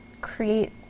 create